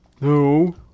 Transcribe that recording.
No